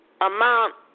amount